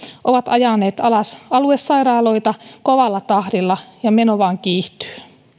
ovat ajaneet aluesairaaloita alas kovalla tahdilla ja meno vain kiihtyy